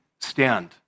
stand